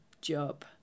job